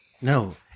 No